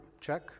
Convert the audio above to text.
Check